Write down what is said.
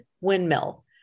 windmill